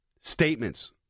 statements